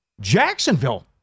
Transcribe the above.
Jacksonville